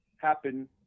happen